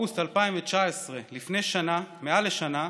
באוגוסט 2019, לפני מעל שנה,